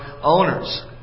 owners